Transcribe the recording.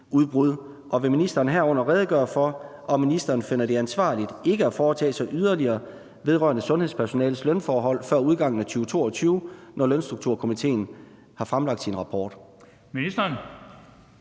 og vil ministeren herunder redegøre for, om ministeren finder det ansvarligt ikke at foretage sig yderligere vedrørende sundhedspersonalets lønforhold før udgangen af 2022, når Lønstrukturkomitéen har fremlagt sin rapport?